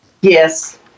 Yes